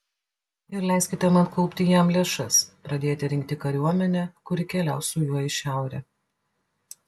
ir leiskite man kaupti jam lėšas pradėti rinkti kariuomenę kuri keliaus su juo į šiaurę